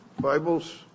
Bibles